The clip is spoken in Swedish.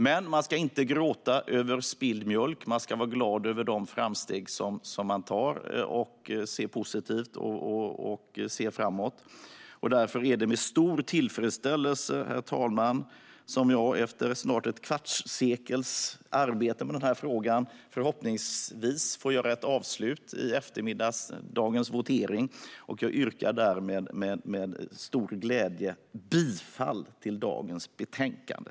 Men man ska inte gråta över spilld mjölk. Man ska vara glad över de framsteg som man gör, vara positiv och se framåt. Därför är det med stor tillfredsställelse, herr talman, som jag efter snart ett kvarts sekels arbete med denna fråga förhoppningsvis får göra ett avslut vid eftermiddagens votering. Jag yrkar därför med stor glädje bifall till förslaget i dagens betänkande.